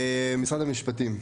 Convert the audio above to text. משרד המשפטים.